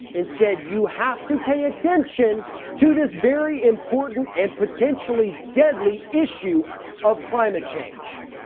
and said you have to pay attention to this very important and potentially deadly issue of climate change.